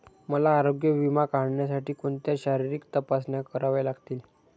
मला आरोग्य विमा काढण्यासाठी कोणत्या शारीरिक तपासण्या कराव्या लागतील?